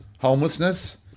Homelessness